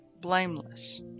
blameless